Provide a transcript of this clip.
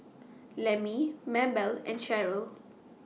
Lemmie Mabell and Sheryll